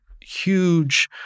huge